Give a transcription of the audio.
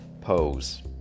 pose